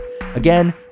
Again